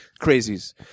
crazies